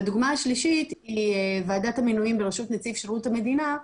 והדוגמה השלישית היא ועדת המינויים בראשות נציב שירות המדינה,